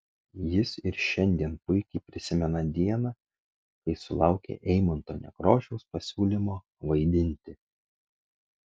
jis ir šiandien puikiai prisimena dieną kai sulaukė eimunto nekrošiaus pasiūlymo vaidinti